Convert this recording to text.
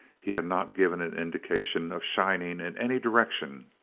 he had not given an indication of shining in any direction.